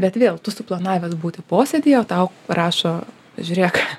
bet vėl tu suplanavęs būti posėdyje o tau rašo žiūrėk